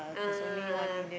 ah ah